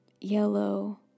yellow